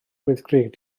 wyddgrug